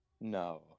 No